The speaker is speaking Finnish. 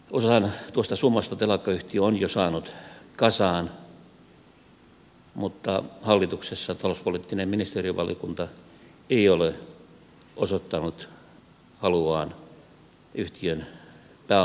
osan tuosta summasta telakkayhtiö on jo saanut kasaan mutta hallituksessa talouspoliittinen ministerivaliokunta ei ole osoittanut haluaan yhtiön pääomitukseen